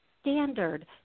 standard